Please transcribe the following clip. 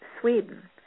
Sweden